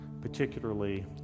particularly